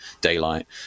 daylight